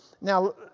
now